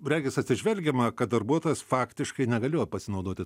regis atsižvelgiama kad darbuotojas faktiškai negalėjo pasinaudoti